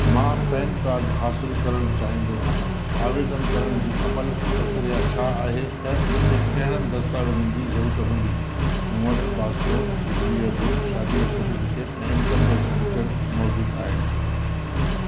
मां PAN card हासिल करण चाहींदो आहियां आवेदन करण जी अमल प्रक्रिया छा आहे ऐं मूंखे कहिड़नि दस्तावेज़नि जी ज़रूरत हूंदी मूं वटि पासपोर्ट बिजली जो बिल शादी जो सर्टिफिकेट ऐं इनकम टैक्स रिटर्न मौजूदु आहिनि